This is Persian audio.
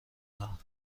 کنم